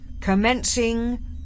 commencing